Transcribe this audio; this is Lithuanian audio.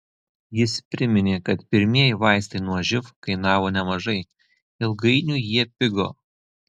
jis priminė kad pirmieji vaistai nuo živ kainavo nemažai ilgainiui jie pigo